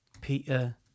peter